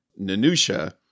Nanusha